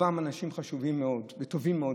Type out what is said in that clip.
רובם אנשים חשובים מאוד וטובים מאוד,